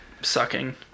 sucking